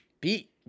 beat